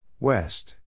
West